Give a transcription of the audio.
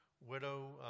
widow